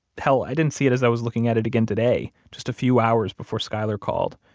hell, i didn't see it as i was looking at it again today, just a few hours before skyler called,